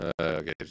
Okay